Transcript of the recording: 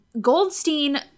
Goldstein